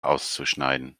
auszuschneiden